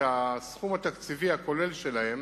שהסכום התקציבי הכולל שלהם